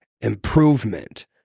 improvement